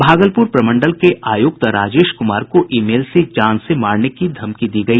भागलपुर प्रमंडल के आयुक्त राजेश कुमार को ई मेल से जान से मारने की धमकी दी गई